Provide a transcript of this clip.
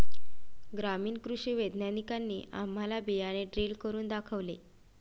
ग्रामीण कृषी वैज्ञानिकांनी आम्हाला बियाणे ड्रिल करून दाखवले